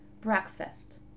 Breakfast